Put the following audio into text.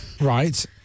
right